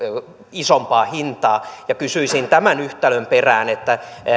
isompaa hintaa kysyisin tämän yhtälön perään